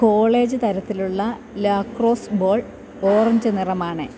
college തരത്തിലുള്ള lacrosse ball orange നിറമാണ്